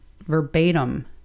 verbatim